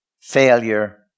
failure